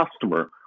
customer